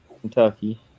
Kentucky